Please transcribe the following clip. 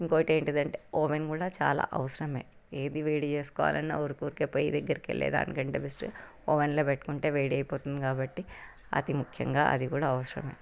ఇంకోటి ఏంటిది అంటే ఓవెన్ కూడా చాలా అవసరం ఏది వేడి చేసుకోవాలన్న ఉరికూరికే పొయ్యి దగ్గరకి వెళ్ళేదానికంటే బెస్టు ఓవెన్లో పెట్టుకుంటే వేడయిపోతుంది కాబట్టి అతి ముఖ్యంగా అది కూడా అవసరమే